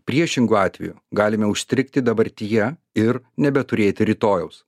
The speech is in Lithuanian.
priešingu atveju galime užstrigti dabartyje ir nebeturėti rytojaus